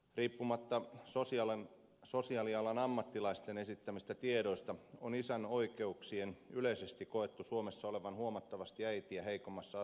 riippumatta sosiaalialan ammattilaisten esittämistä tiedoista on isän oikeuksien yleisesti koettu suomessa olevan äidin oikeuksia huomattavasti heikommassa asemassa